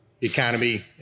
economy